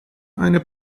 eine